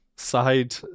side